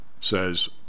says